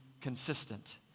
consistent